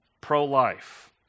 Pro-life